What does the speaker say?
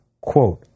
Quote